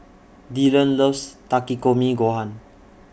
Dillon loves Takikomi Gohan